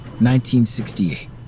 1968